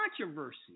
controversy